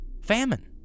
famine